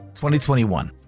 2021